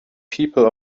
people